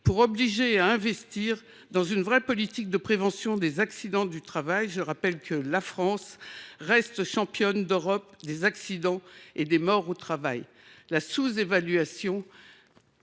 qui obligerait à investir dans une véritable politique de prévention des accidents du travail. Je rappelle que la France reste championne d’Europe des accidents et des morts au travail ! La sous évaluation